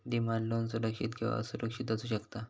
demand loan सुरक्षित किंवा असुरक्षित असू शकता